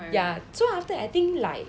ya so after I think like